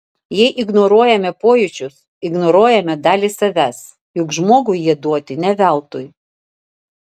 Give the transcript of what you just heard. jei ignoruojame pojūčius ignoruojame dalį savęs juk žmogui jie duoti ne veltui